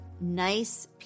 nice